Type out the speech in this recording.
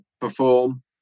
perform